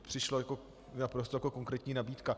To mi přišlo jako naprosto konkrétní nabídka.